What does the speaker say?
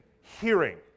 Hearing